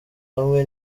hamwe